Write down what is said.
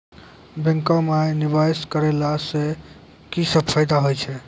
बैंको माई निवेश कराला से की सब फ़ायदा हो छै?